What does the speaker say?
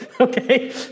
Okay